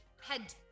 head